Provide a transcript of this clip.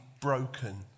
broken